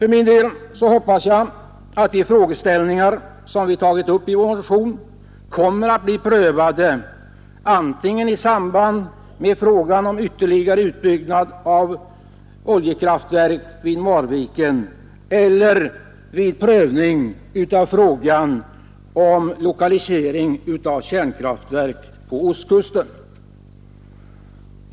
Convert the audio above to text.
Jag hoppas dock att de frågeställningar som vi tagit upp i vår motion kommer att bli prövade antingen i samband med frågan om ytterligare utbyggnad av oljekraftverk vid Marviken eller i samband med frågan om lokalisering av kärnkraftverk på ostkusten.